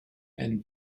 and